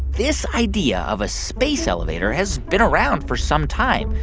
this idea of a space elevator has been around for some time,